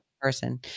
person